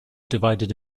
divided